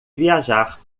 viajar